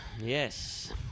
Yes